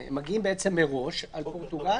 הם מגיעים מראש על פורטוגל,